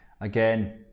again